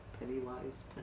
Pennywise